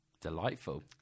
delightful